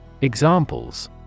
Examples